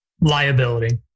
liability